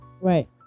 right